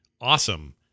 Awesome